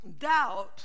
doubt